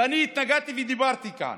ואני התנגדתי ודיברתי כאן,